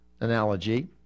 analogy